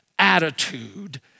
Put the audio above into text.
attitude